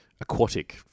aquatic